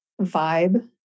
vibe